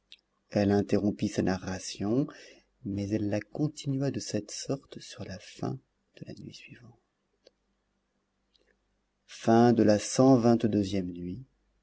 elle interrompit sa narration mais elle la continua de cette sorte sur la fin de la nuit suivante cxxiii nuit